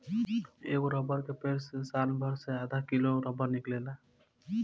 एगो रबर के पेड़ से सालभर मे आधा किलो रबर निकलेला